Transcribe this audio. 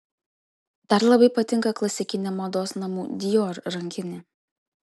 dar labai patinka klasikinė mados namų dior rankinė